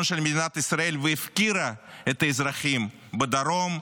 מדינת ישראל והפקירה את האזרחים בדרום,